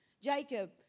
Jacob